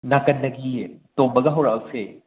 ꯅꯥꯀꯟꯗꯒꯤ ꯇꯣꯝꯕꯒ ꯍꯧꯔꯛꯑꯁꯦ